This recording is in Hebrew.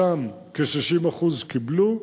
שם כ-60% קיבלו,